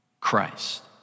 Christ